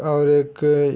और एक